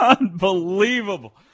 Unbelievable